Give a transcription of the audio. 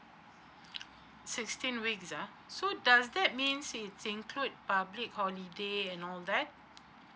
sixteen weeks ah so does that mean it's include public holiday and all that